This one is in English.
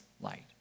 light